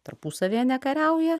tarpusavyje nekariauja